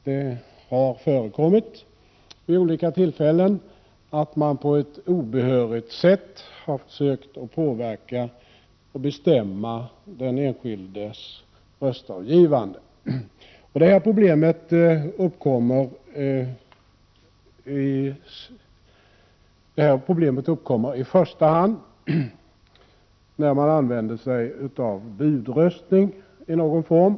Det har vid olika tillfällen förekommit att man på ett obehörigt sätt har försökt att påverka och bestämma enskildas röstavgivande. Problemet uppkommer i första hand när man använder sig av budröstningi någon form.